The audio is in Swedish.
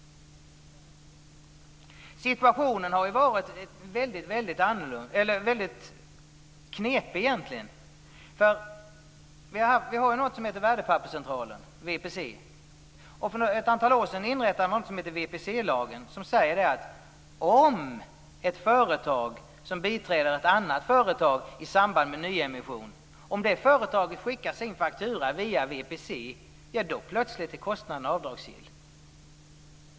Situationen är väldigt knepig. Det finns något som heter Värdepapperscentralen VPC Aktiebolag, och för ett antal år sedan infördes VPC-lagen, enligt vilken det är så, att om ett företag som biträder ett annat företag i samband med nyemission skickar sin faktura via VPC, blir kostnaden plötsligt avdragsgill.